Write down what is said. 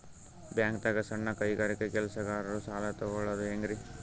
ಬ್ಯಾಂಕ್ದಾಗ ಸಣ್ಣ ಕೈಗಾರಿಕಾ ಕೆಲಸಗಾರರು ಸಾಲ ತಗೊಳದ್ ಹೇಂಗ್ರಿ?